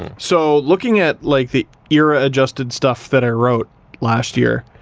so looking at like the era adjusted stuff that i wrote last year,